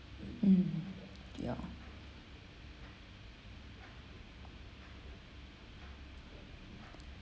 mm ya